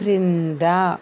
క్రింద